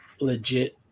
legit